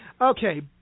Okay